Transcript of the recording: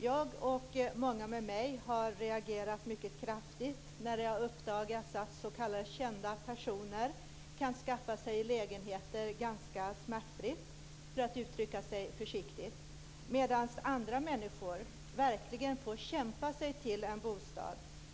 Jag och många med mig har reagerat mycket kraftigt när det har uppdagats att s.k. kända personer kan skaffa sig lägenheter ganska smärtfritt, för att uttrycka sig försiktigt, medan andra människor verkligen får kämpa sig till en bostad.